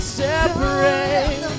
separate